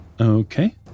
Okay